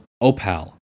OPAL